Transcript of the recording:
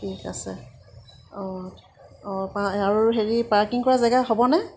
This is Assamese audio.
ঠিক আছে অঁ অঁ আৰু হেৰি পাৰ্কিং কৰা জেগা হ'বনে